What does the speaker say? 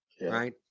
right